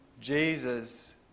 Jesus